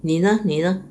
你呢你呢